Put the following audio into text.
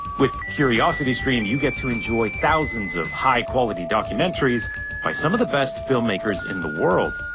with curiositystream you get to enjoy thousands of high quality documentaries by some of the best film makers in the world.